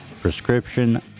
Prescription